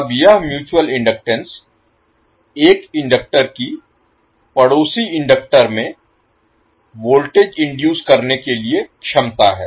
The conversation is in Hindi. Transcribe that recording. अब यह म्यूच्यूअल इनडक्टेंस एक इंडक्टर की पड़ोसी इंडक्टर में वोल्टेज इनडुइस करने के लिए क्षमता है